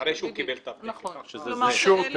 נכון.